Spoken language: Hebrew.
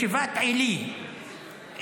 בישיבה בעלי,